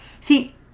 See